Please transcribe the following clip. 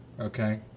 Okay